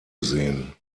gesehen